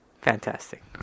Fantastic